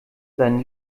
sein